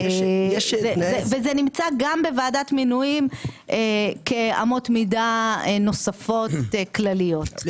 וזה נמצא גם בוועדת מינויים כאמות מידה נוספות כלליות.